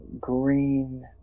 green